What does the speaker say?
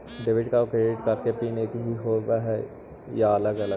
Debit और credit card के PIN एकही होव हइ या अलग अलग?